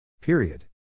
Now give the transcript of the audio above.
Period